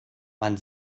man